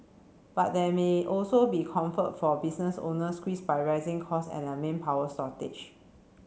but there may also be comfort for business owners squeezed by rising costs and a manpower shortage